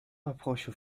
rapprochent